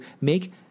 make